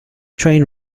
train